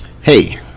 Hey